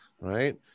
right